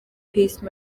peace